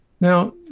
Now